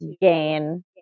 gain